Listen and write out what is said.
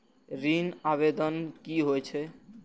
ऋण आवेदन की होय छै?